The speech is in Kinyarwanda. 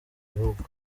bihugu